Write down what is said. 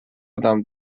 زدم